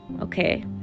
okay